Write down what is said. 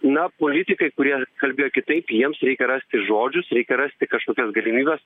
na politikai kurie kalbėjo kitaip jiems reikia rasti žodžius reikia rasti kažkokias galimybes